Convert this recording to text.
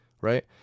Right